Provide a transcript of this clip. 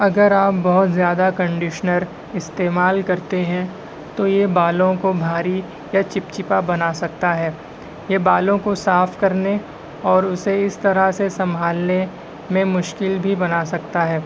اگر آپ بہت زیادہ کنڈشنر استعمال کرتے ہیں تو یہ بالوں کو بھاری یا چپچپا بنا سکتا ہے یہ بالوں کو صاف کرنے اور اسے اس طرح سے سنبھالنے میں مشکل بھی بنا سکتا ہے